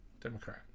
Democrat